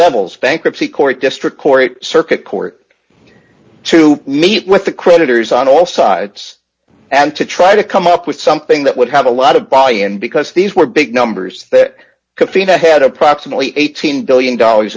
levels bankruptcy court district court circuit court to meet with the creditors on all sides and to try to come up with something that would have a lot of value and because these were big numbers that katrina had approximately eighteen billion dollars